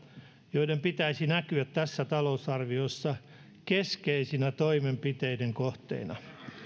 joiden pitäisi näkyä tässä talousarviossa keskeisinä toimenpiteiden kohteina